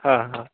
हां हां